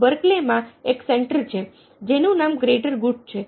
બર્કલેમાં એક સેન્ટર છે જેનું નામ ગ્રેટર ગુડ છે